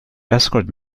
escort